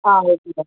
ஆ ஓகேங்க